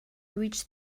reached